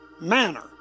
manner